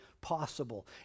possible